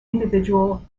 individual